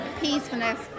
peacefulness